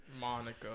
Monica